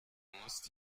musst